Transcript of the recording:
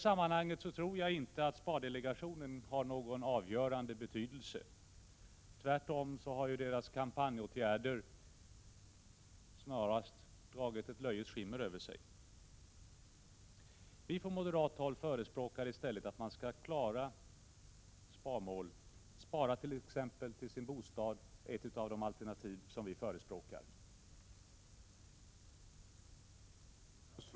Jag tror inte att spardelegationen har någon avgörande betydelse i det sammanhanget. Tvärtom har dess kampanjåtgärder snarast dragit ett löjets skimmer över metoderna. Från moderat håll förespråkar vi klara sparmål. Att man skall spara t.ex. till sin bostad är ett av de alternativ som vi förespråkar.